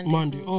Monday